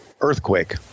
Earthquake